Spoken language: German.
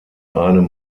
einem